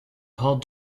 paar